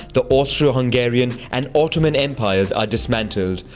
the austro-hungarian and ottoman empires are dismantled,